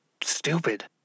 stupid